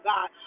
God